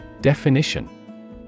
Definition